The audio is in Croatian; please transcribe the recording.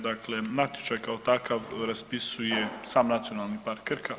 Dakle, natječaj kao takav raspisuje sam Nacionalni park Krka.